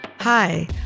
Hi